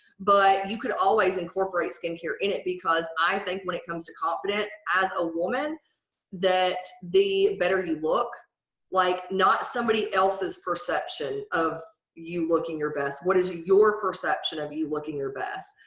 but you could always incorporate skincare in it because i think when it comes to confidence as a woman that the better you look like not somebody else's perception of you looking your best. what is your perception of you looking your best?